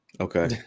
Okay